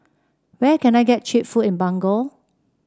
where can I get cheap food in Banjul